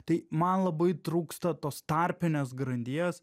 tai man labai trūksta tos tarpinės grandies